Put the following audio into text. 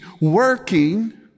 working